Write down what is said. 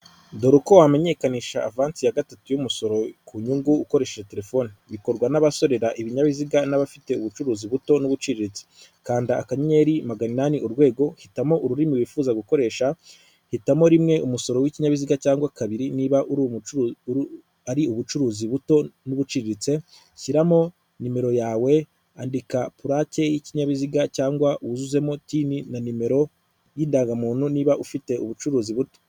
Dore uko wamenyekanisha avansi ya gatatu y'umusoro ku nyungu ukoresheje telefone bikorwa n'abasorera ibinyabiziga n'abafite ubucuruzi buto n'ubuciriritse, kanda akanynyeri magana inani urwego, hitamo ururimi wifuza gukoresha hitamo rimwe umusoro w'ikinyabiziga cyangwa kabiri niba uri ari ubucuruzi buto n'ubuciriritse, shyiramo nimero yawe andika pulake y'ikinyabiziga cyangwa wuzuzemo na nimero y'indangamuntu niba ufite ubucuruzi buto.